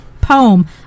poem